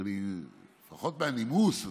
לפחות מהנימוס,